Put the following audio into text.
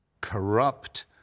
corrupt